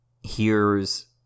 hears